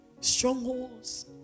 Strongholds